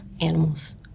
animals